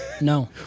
No